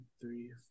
three